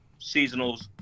seasonals